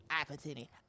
opportunity